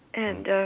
and